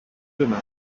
dinner